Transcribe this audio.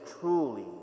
truly